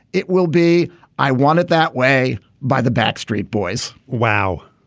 it will be i want it that way by the backstreet boys wow.